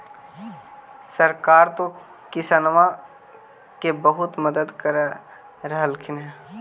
सरकार तो किसानमा के बहुते मदद कर रहल्खिन ह?